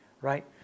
Right